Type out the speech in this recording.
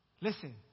Listen